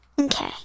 Okay